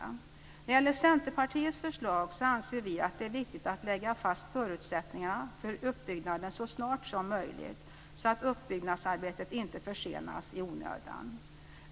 När det gäller Centerpartiets förslag anser vi att det är viktigt att lägga fast förutsättningarna för uppbyggnaden så snart som möjligt, så att uppbyggnadsarbetet inte försenas i onödan.